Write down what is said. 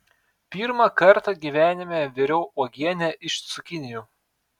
pirmą kartą gyvenime viriau uogienę iš cukinijų